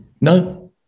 No